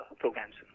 programs